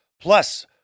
plus